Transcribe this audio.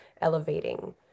elevating